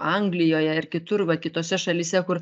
anglijoje ir kitur va kitose šalyse kur